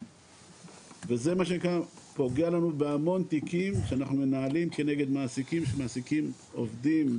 וזה פוגע לנו בהמון תיקים שאנחנו מנהלים כנגד מעסיקים שמעסיקים עובדים,